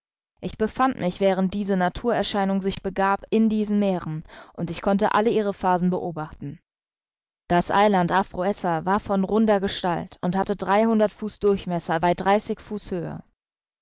ich befand mich während diese naturerscheinung sich begab in diesen meeren und ich konnte alle ihre phasen beobachten das eiland aphroessa war von runder gestalt und hatte dreihundert fuß durchmesser bei dreißig fuß